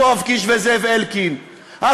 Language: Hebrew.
יואב קיש וזאב אלקין.